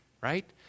right